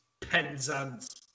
Penzance